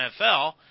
NFL